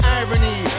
irony